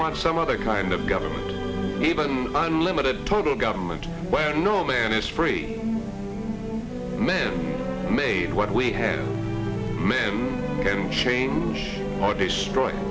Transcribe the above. want some other kind of government even unlimited total government where no man is free men made what we have men can change or destroy